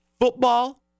football